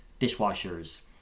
dishwashers